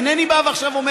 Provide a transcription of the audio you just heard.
אינני בא ואומר,